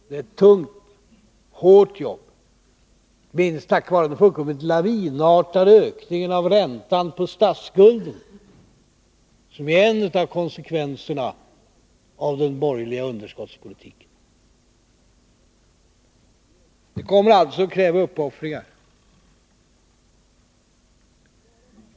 Det är ett tungt och hårt jobb, inte minst på grund av den fullkomligt lavinartade ökningen av räntan på statsskulden, som är en av konsekvenserna av den borgerliga underskottspolitiken. Det kommer alltså att kräva uppoffringar.